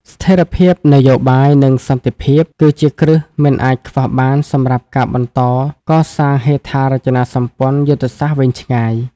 ស្ថិរភាពនយោបាយ និងសន្តិភាព គឺជាគ្រឹះមិនអាចខ្វះបានសម្រាប់ការបន្តកសាងហេដ្ឋារចនាសម្ព័ន្ធយុទ្ធសាស្ត្រវែងឆ្ងាយ។